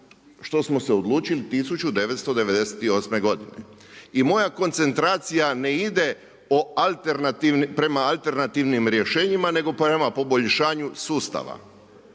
što smo se odlučili 1998. godine. I moja koncentracija ne ide prema alternativnim rješenjima, prema poboljšanju sustava.